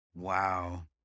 Wow